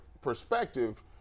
perspective